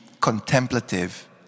contemplative